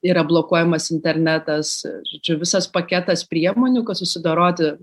yra blokuojamas internetas žodžiu visas paketas priemonių kad susidoroti